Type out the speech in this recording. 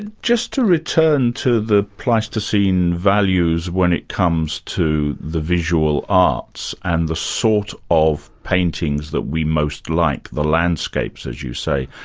just to return to the pleistocene values when it comes to the visual arts and the sort of paintings that we most like, the landscapes, as you say,